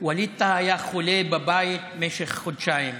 ווליד טאהא היה חולה בבית במשך חודשיים.